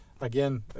Again